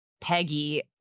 Peggy